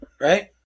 right